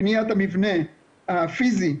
בניית המבנה הפיזי,